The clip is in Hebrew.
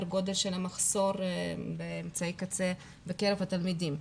הגודל של המחסור באמצעי קצה בקרב התלמידים.